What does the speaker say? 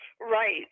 Right